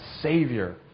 Savior